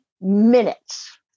minutes